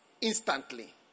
instantly